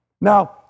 Now